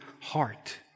heart